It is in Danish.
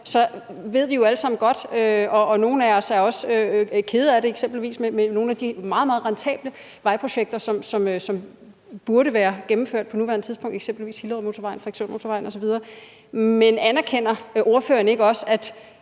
ved vi jo alle sammen godt – og nogle af os er også kede af det – at nogle af de meget, meget rentable vejprojekter burde være gennemført på nuværende tidspunkt, eksempelvis Hillerødmotorvejen, Frederikssundmotorvejen osv. Man anerkender ordføreren ikke også, at